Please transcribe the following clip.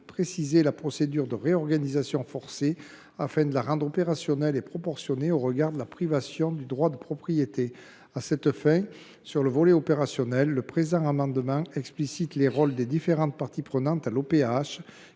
préciser la procédure de réorganisation forcée, afin de la rendre opérationnelle et proportionnée au regard de la privation du droit de propriété qu’elle implique. À cette fin, sur le volet opérationnel, le présent amendement a pour objet d’expliciter les rôles des différentes parties prenantes à l’Opah,